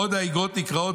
"עוד המכתבים נקראים,